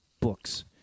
books